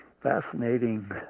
fascinating